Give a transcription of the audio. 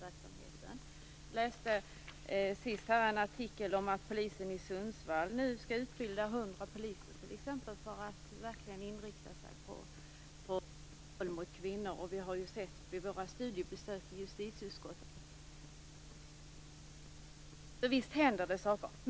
Jag har t.ex. läst en artikel om att polisen i Sundsvall nu skall utbilda 100 poliser för att verkligen inrikta sig på våldet mot kvinnor. Vi har också vid våra besök i justitieutskottet sett att det händer saker.